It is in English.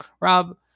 Rob